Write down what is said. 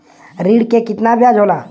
ऋण के कितना ब्याज होला?